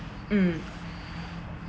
mm